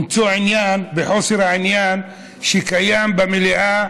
למצוא עניין בחוסר העניין שקיים במליאה